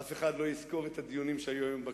אף אחד לא יזכור את הדיונים שהיו היום בכנסת.